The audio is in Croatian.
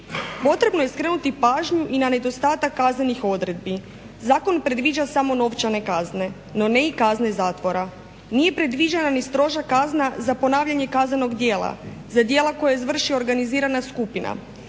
Potrebno je skrenuti pažnju i na nedostatak kaznenih odredbi. Zakon predviđa samo novčane kazne, no ne i kazne zatvora. Nije predviđena ni stroža kazna za ponavljanje kaznenog djela, za djela koja izvrši organizirana skupina.